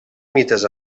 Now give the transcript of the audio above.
mites